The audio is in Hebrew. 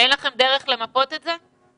ואין לכם דרך למפות את זה?